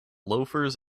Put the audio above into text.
loafers